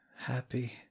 Happy